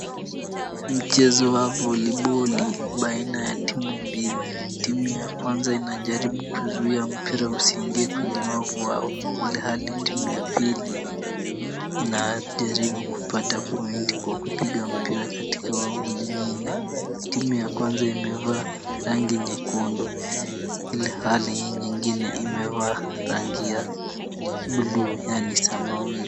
Mchezo wa voliboli baina ya timu mbili, timu ya kwanza inajaribu kuzuia mpira usiingie kwenye wavu wao. ilhali timu ya pili, inajaribu kupata point kwa kupiga mpira katika wao wengine. Timu ya kwanza imevaa rangi nyekundu, ilhali hii nyingine imevaa rangi ya buluu yaani samawi.